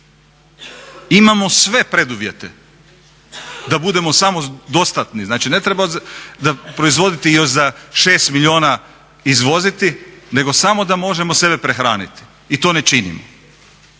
Imamo sve preduvjete da budemo samodostatni, znači ne treba proizvoditi još za 6 milijuna izvoziti, nego samo da možemo sebe prehraniti i to ne činimo.